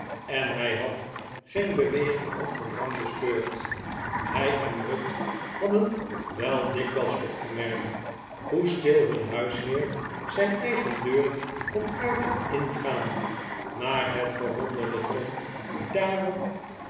en hij had geen beweging of gedrang bespeurd hij en ruth hadden wel dikwijls opgemerkt hoe stil hun huisheer zijn eigen deur kon uit en ingaan maar het verwonderde tom daarom